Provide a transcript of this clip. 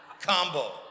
combo